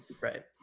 Right